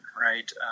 right